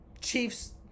Chiefs